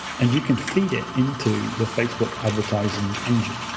and you can feed it into the facebook advertising engine.